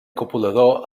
copulador